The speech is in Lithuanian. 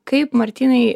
kaip martynai